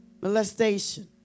molestation